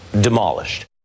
demolished